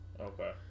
Okay